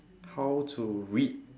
how to read